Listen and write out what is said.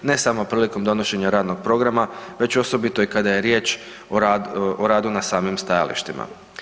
Ne samo prilikom donošenja radnog programa već osobito i kad je riječ o radu na samim stajalištima.